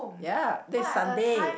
ya that's Sunday